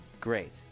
Great